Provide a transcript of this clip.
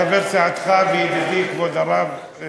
חבר סיעתך וידידי, כבוד הרב,